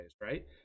right